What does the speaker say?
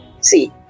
See